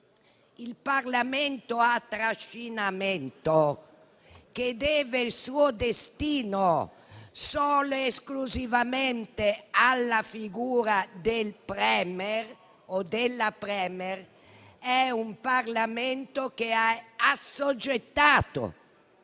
Il Parlamento a trascinamento che deve il suo destino solo ed esclusivamente alla figura del *Premier* o della *Premier* è un Parlamento che è assoggettato,